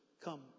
Come